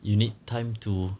you need time to